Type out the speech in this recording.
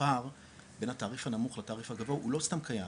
הפער בין התעריף הנמוך לתעריף הגבוה הוא לא סתם קיים,